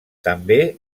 també